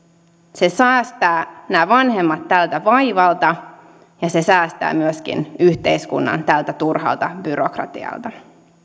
se säästää nämä vanhemmat tältä vaivalta ja se säästää myöskin yhteiskunnan tältä turhalta byrokratialta